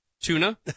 tuna